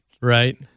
Right